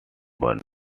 burns